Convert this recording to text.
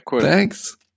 thanks